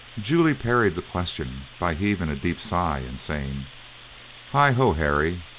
julia parried the question by heaving a deep sigh, and saying hi, ho, harry,